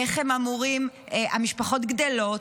המשפחות גדלות.